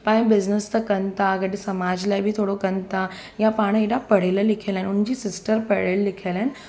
पंहिंजो बिज़नस त कनि था गॾु समाज लाइ बि थोरो कनि था या पाण हेॾा पढ़ियल लिखियल आहिनि उन्हनि जी सिस्टर पढ़ियल लिखियल आहिनि